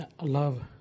love